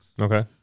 Okay